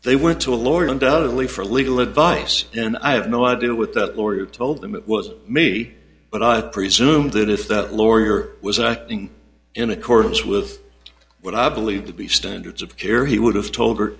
they went to a lawyer undoubtedly for legal advice and i have no idea what that lawyer told them it was me but i presumed that if that laurier was acting in accordance with what i believe to be standards of care he would have told her